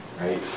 right